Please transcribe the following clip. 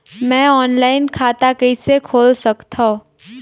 मैं ऑनलाइन खाता कइसे खोल सकथव?